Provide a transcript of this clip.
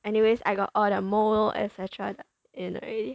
anyways I got all the mould et cetera in already